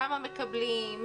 כמה מקבלים,